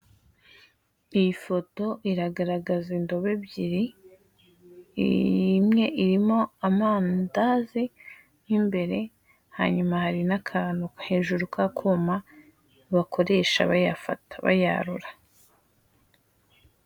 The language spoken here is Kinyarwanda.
Iyi foto iragaragaza indobo ebyiri, imwe irimo amandazi mo imbere, hanyuma hari n'akantu hejuri k'akuma bakoresha bayafata, bayarura.